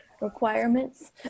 requirements